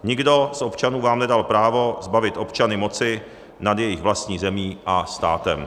Nikdo z občanů vám nedal právo zbavit občany moci nad jejich vlastní zemí a státem.